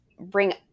bring